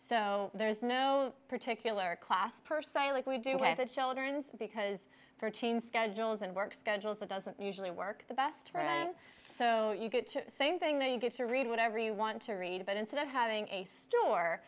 so there's no particular class per se like we do with children's because for teens schedules and work schedules it doesn't usually work the best friend so you get to the same thing that you get to read whatever you want to read but instead of having a store